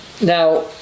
Now